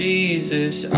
Jesus